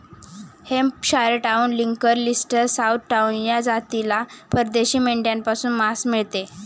Hampshire Down, Lincoln, Leicester, South Down या जातीला परदेशी मेंढ्यांपासून मांस मिळते